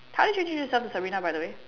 how did you knew Sabrina by the way